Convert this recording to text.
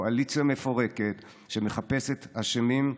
קואליציה מפורקת שמחפשת אשמים,